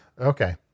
Okay